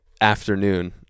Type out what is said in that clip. afternoon